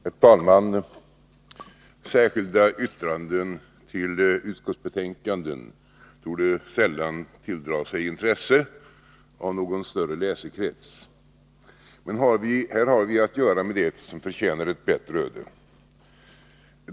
Herr talman! Särskilda yttranden till utskottsbetänkanden torde sällan tilldra sig intresse från någon större läsekrets. Men här har vi att göra med ett som förtjänar ett bättre öde.